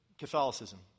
Catholicism